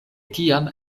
tiam